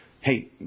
Hey